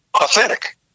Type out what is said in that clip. Authentic